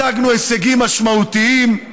השגנו הישגים משמעותיים,